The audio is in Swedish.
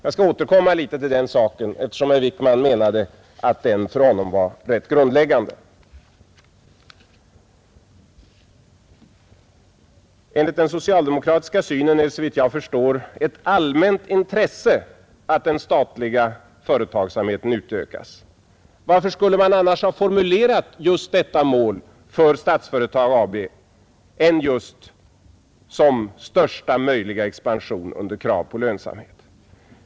Jag skall återkomma litet till den saken, eftersom herr Wickman menade att den var rätt grundläggande för honom. Enligt den socialdemokratiska synen är det, såvitt jag förstår, ett allmänt intresse att den statliga företagsamheten utökas. Varför skulle man annars ha formulerat detta mål för Statsföretag AB just som ”största möjliga expansion under krav på lönsamhet”.